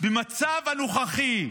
במצב הנוכחי,